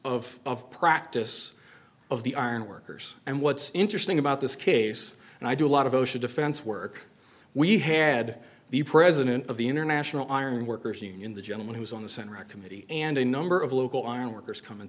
years of practice of the iron workers and what's interesting about this case and i do a lot of osha defense work we had the president of the international iron workers union the gentleman who was on the senate recommended and a number of local ironworkers come and